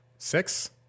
Six